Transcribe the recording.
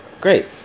Great